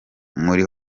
muri